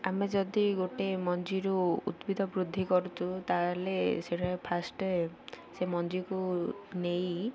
ଆମେ ଯଦି ଗୋଟେ ମଞ୍ଜିରୁ ଉଦ୍ଭିଦ ବୃଦ୍ଧି କରୁଛୁ ତା'ହେଲେ ସେଇଟା ଫାଷ୍ଟ ସେ ମଞ୍ଜିକୁ ନେଇ